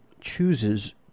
chooses